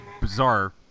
bizarre